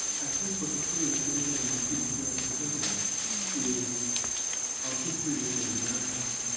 i think what the story of slavery and mit should get us to think about is our history with native-americans,